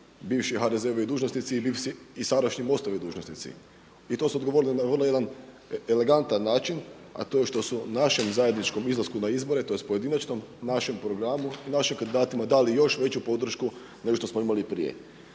bivši HDZ-ovi dužnosnici i sadašnji MOST-ovi dužnosnici i to su odgovorili na vrlo jedan elegantan način, a to je što su u našem zajedničkom izlasku na izbore tj. pojedinačnom, našem programu i našim kandidatima dali još veću podršku nego što smo imali prije.